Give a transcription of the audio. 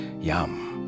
Yum